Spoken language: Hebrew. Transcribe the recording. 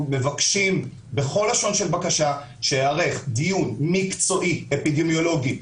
בכל לשון של בקשה שייערך דיון מקצועי אפידמיולוגי,